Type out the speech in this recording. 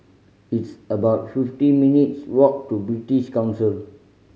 it's about fifty minutes' walk to British Council